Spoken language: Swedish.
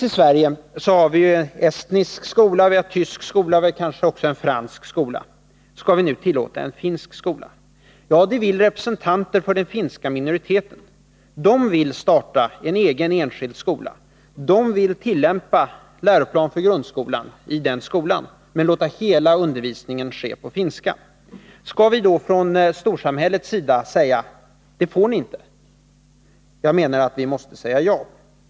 I Sverige har vi f. n. en estnisk skola och en tysk skola, och man kanske kan säga att vi också har en fransk skola. Skall vi nu tillåta också en finsk skola? Det vill representanter för den finska minoriteten. De vill starta en egen enskild skola. De vill tillämpa läroplanen för grundskolan i denna skola, men låta undervisningen ske helt på finska. Skall vi då från storsamhällets sida säga: Det får ni inte. Jag menar att vi måste säga ja.